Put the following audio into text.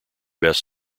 best